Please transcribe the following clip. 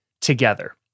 together